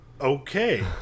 Okay